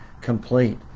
complete